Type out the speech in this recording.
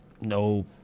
no